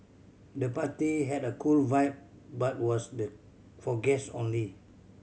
the party had a cool vibe but was the for guest only